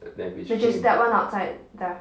which is that one outside there